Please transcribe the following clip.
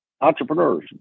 entrepreneurs